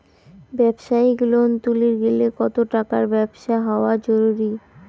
ব্যবসায়িক লোন তুলির গেলে কতো টাকার ব্যবসা হওয়া জরুরি?